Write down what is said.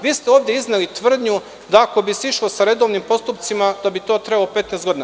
Vi ste ovde izneli tvrdnju da ako bi se išlo redovnim postupcima, da bi to trajalo 15 godina.